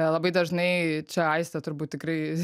labai dažnai čia aistė turbūt tikrai